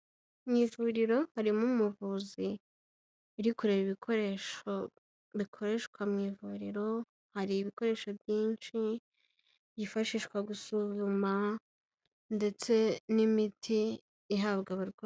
Mu ivuriro harimo umuvuzi uri kureba ibikoresho bikoreshwa mu ivuriro, hari ibikoresho byinshi byifashishwa gusuzuma ndetse n'imiti ihabwa abarwayi.